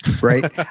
right